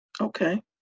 Okay